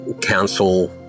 council